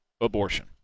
abortion